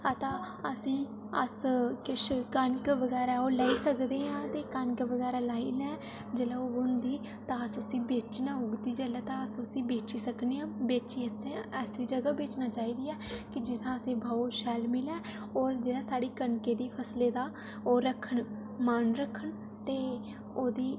तां असें ई अस किश कनक बगैरा ओह् लेई सकदे आं ते कनक बगैरा लाई लै ते जेल्लै ओह् होंदी तां अस उसी बेचना होग ते अस उसी बेची सकने आं बेची असें ऐसी जगह बेचना चाहिदी ऐ कि जित्थें असेंगी भाव शैल मिलै होर जित्थें साढ़ी कनकै दी फसलै दा ओह् रक्खन मान रक्खन ते ओह्दी